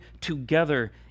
together